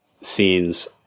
scenes